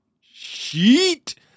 Sheet